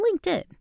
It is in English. LinkedIn